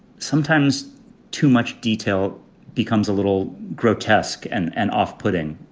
sometimes too much detail becomes a little grotesque and and off-putting,